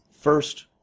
First